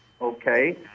okay